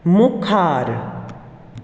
मुखार